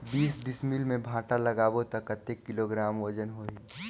बीस डिसमिल मे भांटा लगाबो ता कतेक किलोग्राम वजन होही?